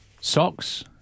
Socks